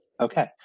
okay